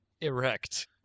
erect